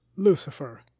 Lucifer